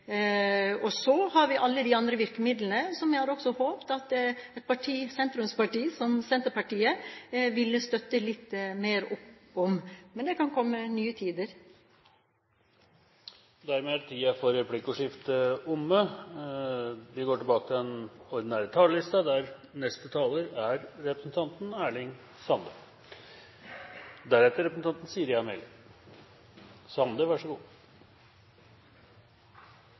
tanker. Så har vi alle de andre virkemidlene som jeg også har håpet at et parti, et sentrumsparti som Senterpartiet, ville støtte litt mer opp om. Men det kan komme nye tider. Replikkordskiftet er omme. Vi likar å framheve at dei demokratiske verdiane vi har, er trygt fundamenterte i det norske samfunnet og den styringsmodellen vi har. Det er grunn til